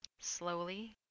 Slowly